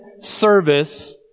service